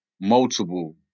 multiple